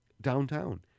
downtown